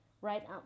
right